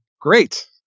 great